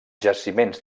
jaciments